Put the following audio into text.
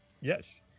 Yes